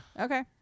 Okay